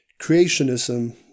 creationism